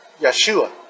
Yeshua